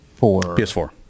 PS4